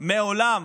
מעולם